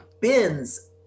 bins